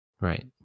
right